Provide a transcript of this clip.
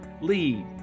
lead